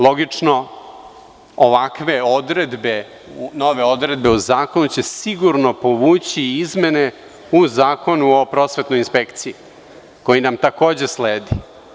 Logično, ovakve nove odredbe u zakonu će sigurno povući izmene u zakonu o prosvetnoj inspekciji, koji nam takođe sledi.